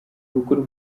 bukuru